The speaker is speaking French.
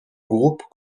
groupe